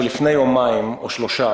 שלפני יומיים או שלושה,